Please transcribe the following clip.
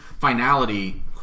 finality